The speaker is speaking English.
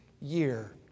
year